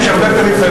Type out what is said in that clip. יש הרבה פריפריה.